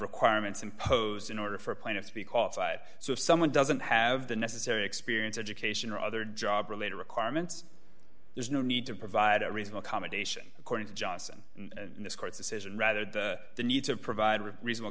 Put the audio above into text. requirements imposed in order for plaintiffs because i so if someone doesn't have the necessary experience education or other job related requirements there's no need to provide a reasonable commendation according to johnson and this court's decision rather than the need to provide rea